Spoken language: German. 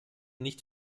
nicht